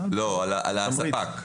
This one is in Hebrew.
לא, על הספק.